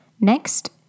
Next